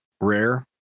Rare